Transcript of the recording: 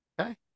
Okay